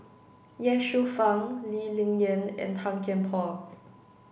Ye Shufang Lee Ling Yen and Tan Kian Por